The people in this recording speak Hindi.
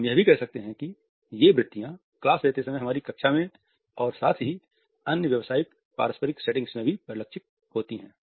हम यह भी कह सकते हैं कि ये प्रवृत्तियाँ क्लास लेते समय हमारी कक्षा में और साथ ही अन्य व्यावसायिक पारस्परिक सेटिंग्स में भी परिलक्षित होती हैं